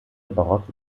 barocke